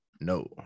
no